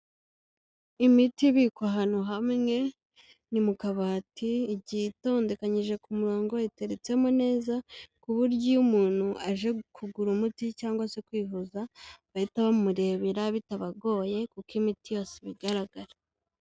Imiti ibikwa ahantu hamwe, ni mu kabati igiye itondekanyije ku murongo, iteretsemo neza ku buryo iyo umuntu aje kugura umuti cyangwase kwivuza bahita bamurebera bitabagoye kuko imiti yose iba igaragara.